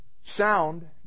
sound